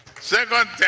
Second